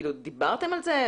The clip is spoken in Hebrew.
דיברתם על זה?